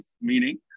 meaning